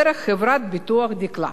דרך חברת הביטוח "דקלה".